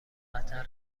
قطر